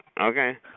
Okay